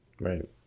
Right